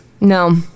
No